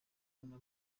bahura